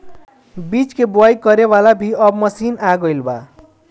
बीज के बोआई करे वाला भी अब मशीन आ गईल बा